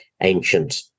ancient